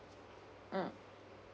mm